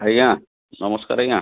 ଆଜ୍ଞା ନମସ୍କାର ଆଜ୍ଞା